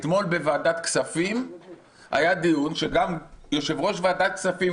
אתמול בוועדת הכספים היה דיון שגם יושב-ראש ועדת הכספים,